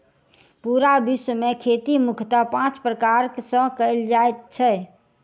पूरा विश्व मे खेती मुख्यतः पाँच प्रकार सॅ कयल जाइत छै